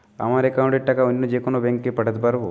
আমার একাউন্টের টাকা অন্য যেকোনো ব্যাঙ্কে পাঠাতে পারব?